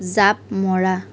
জাপ মৰা